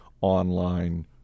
online